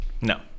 No